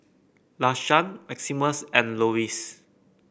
Lashawn Maximus and Lewis